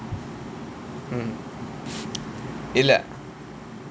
mm இல்ல:illa